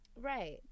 right